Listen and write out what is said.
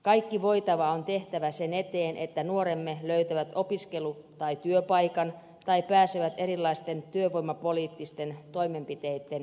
kaikki voitava on tehtävä sen eteen että nuoremme löytävät opiskelu tai työpaikan tai pääsevät erilaisten työvoimapoliittisten toimenpiteitten piiriin